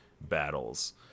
battles